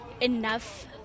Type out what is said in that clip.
enough